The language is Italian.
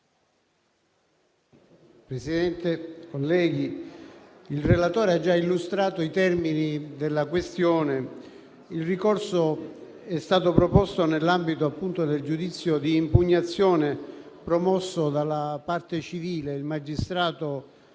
Presidente, colleghi, il relatore ha già illustrato i termini della questione. Il ricorso è stato proposto nell'ambito del giudizio di impugnazione promosso dalla parte civile, il magistrato